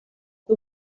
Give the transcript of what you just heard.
the